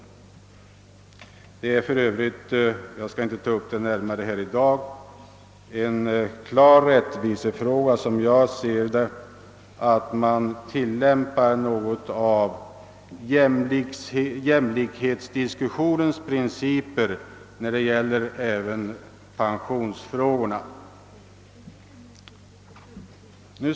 Det är för övrigt — jag skall inte närmare gå in på det i dag — en klar rättvisefråga att man tillämpar jämlikhetsprinciperna även när det gäller pensionsfrågorna.